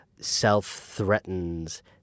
self-threatens